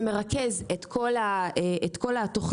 שמרכז את כל התוכניות,